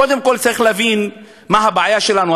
קודם כול צריך להבין מה הבעיה שלנו.